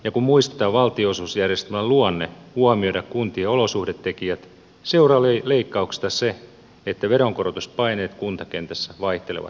kun muistetaan valtionosuusjärjestelmän luonne huomioida kuntien olosuhdetekijät seuraa leikkauksesta se että veronkorotuspaineet kuntakentässä vaihtelevat voimakkaasti